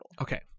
Okay